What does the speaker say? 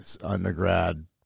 undergrad